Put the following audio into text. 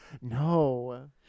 No